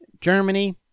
Germany